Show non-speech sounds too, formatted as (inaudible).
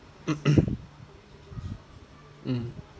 (coughs) mm